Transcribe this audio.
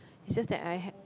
it's just that I ha~